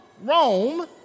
Rome